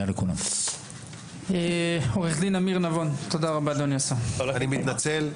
אני מתנצל,